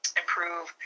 improve